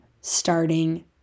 starting